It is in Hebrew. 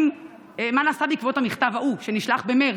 מה נעשה בעקבות המכתב ההוא שנשלח במרץ?